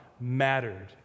mattered